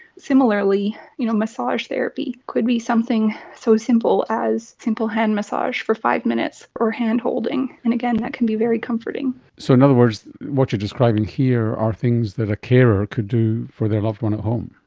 similarly you know massage therapy could be something so simple as a simple hand massage for five minutes or handholding. and again, that can be very comforting. so in other words, what you're describing here are things that a carer could do for their loved one at home.